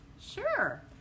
Sure